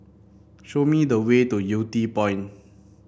show me the way to Yew Tee Point